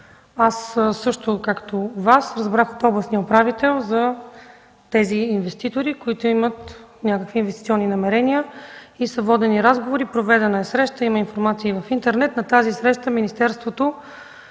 аз, също както Вас, разбрах от областния управител за тези инвеститори, които имат някакви инвестиционни намерения и са водени разговори, проведена е среща, има информация и в интернет. На тази среща